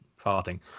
farting